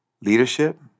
Leadership